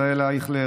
ישראל אייכלר,